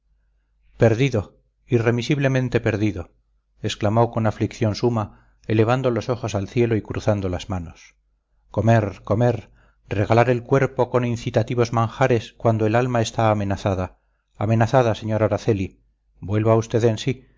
perdido irremisiblemente perdido exclamó con aflicción suma elevando los ojos al cielo y cruzando las manos comer comer regalar el cuerpo con incitativos manjares cuando el alma está amenazada amenazada sr araceli vuelva usted en sí